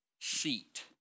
seat